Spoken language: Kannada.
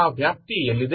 ಆ ವ್ಯಾಪ್ತಿ ಎಲ್ಲಿದೆ